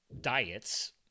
diets